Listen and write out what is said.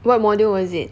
what module was it